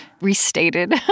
restated